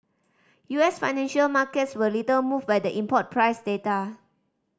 U S financial markets were little moved by the import price data